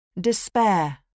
Despair